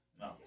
No